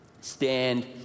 stand